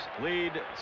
lead